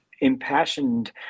impassioned